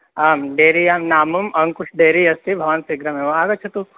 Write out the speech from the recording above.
आं डेरियां नाम अङ्कुश् डेरी अस्ति भवान् शीघ्रमेव आगच्छतु